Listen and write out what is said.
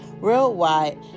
worldwide